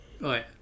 Right